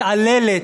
מתעללת,